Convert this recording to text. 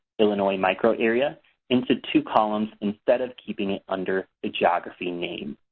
illinois micro area into two columns instead of keeping it under the geography name.